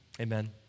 Amen